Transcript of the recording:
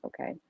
okay